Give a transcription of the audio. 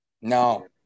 No